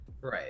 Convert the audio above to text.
Right